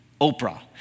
Oprah